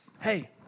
Hey